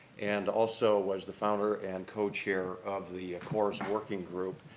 and also was the founder and co-chair of the coors working group,